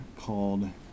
called